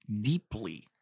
deeply